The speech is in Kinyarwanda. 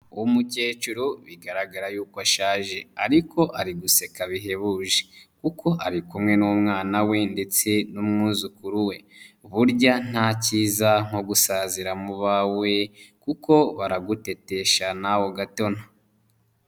Umukecuru bigaragara yuko ashaje ariko ari guseka bihebuje, kuko ari kumwe n'umwana we ndetse n'umwuzukuru we burya nta kiza nko gusazira mu bawe kuko baragutetesha nawe ugatotona.